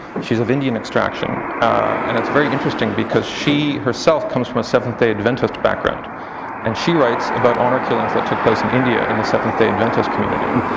she's of indian extraction and it's very interesting because she herself comes from the seventh-day adventist background and she writes about honour killings that took place in india in the seventh-day adventist community.